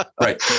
Right